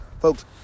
Folks